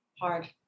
hard